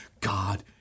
God